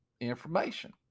information